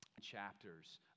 chapters